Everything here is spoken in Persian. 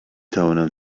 توانم